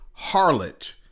harlot